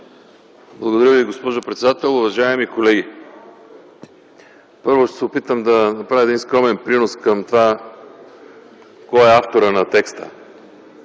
Благодаря Ви, госпожо председател. Уважаеми колеги, първо, ще се опитам да направя един скромен принос към това кой е авторът на текста,